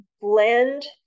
blend